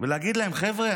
ולהגיד להם: חבר'ה,